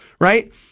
Right